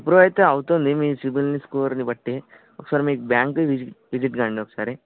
approve అయితే అవుతుంది మీ సిబిల్ని స్కోరుని బట్టి ఒకసారి మీ బ్యాంక్ని విజిట్ విజిట్ కండి ఒకసారి